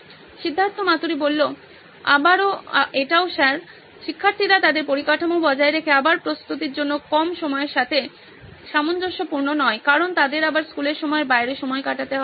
সিদ্ধার্থ মাতুরি আবার এটাও স্যার শিক্ষার্থীরা তাদের পরিকাঠামো বজায় রেখে আবার প্রস্তুতির জন্য কম সময়ের সাথে সামঞ্জস্যপূর্ণ নয় কারণ তাদের আবার স্কুলের সময়ের বাইরে সময় কাটাতে হবে